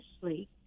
sleep